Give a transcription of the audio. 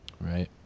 Right